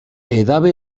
edabe